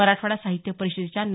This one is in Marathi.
मराठवाडा साहित्य परिषदेच्या ना